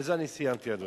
ובזה אני סיימתי, אדוני.